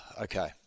okay